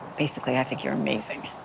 basically, i think you're amazing.